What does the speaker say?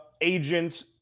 agent